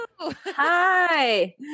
hi